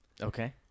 Okay